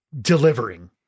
delivering